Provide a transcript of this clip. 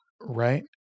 right